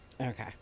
Okay